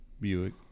buick